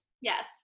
Yes